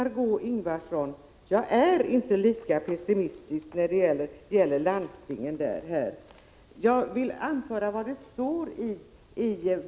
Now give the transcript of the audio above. Jag är inte lika pessimistisk som Margöé Ingvardsson när det gäller landstingen.